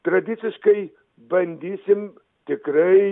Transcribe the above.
tradiciškai bandysim tikrai